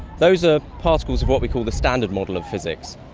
those are particles of what we call the standard model of physics.